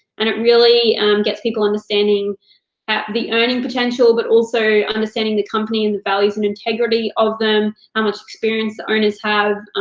and it really gets people understanding the earning potential, but also understanding the company and the values and integrity of them, how much experience the owners have,